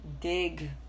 dig